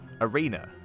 arena